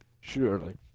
surely